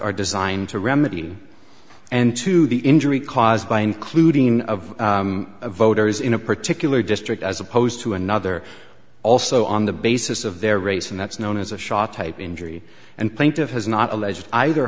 are designed to remedy and to the injury caused by including of voters in a particular district as opposed to another also on the basis of their race and that's known as a shot type injury and plaintiff has not alleged either